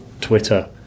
Twitter